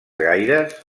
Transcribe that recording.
gaires